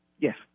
Yes